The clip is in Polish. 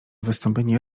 wystąpienie